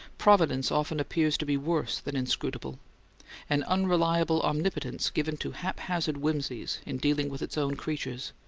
providence often appears to be worse than inscrutable an unreliable omnipotence given to haphazard whimsies in dealing with its own creatures,